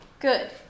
Good